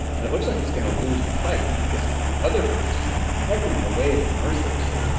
and it looks like it's going to lose the fight because the other bird has just been pecking away at it mercilessly.